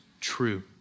true